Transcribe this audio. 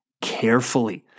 carefully